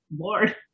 Lord